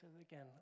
again